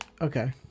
Okay